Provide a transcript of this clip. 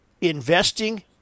investing